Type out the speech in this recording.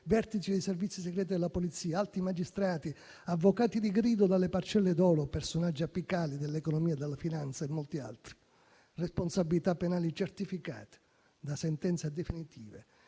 vertici dei Servizi segreti della polizia, alti magistrati, avvocati di grido dalle parcelle d'oro, personaggi apicali dell'economia e della finanza e molti altri. Responsabilità penali certificate da sentenze definitive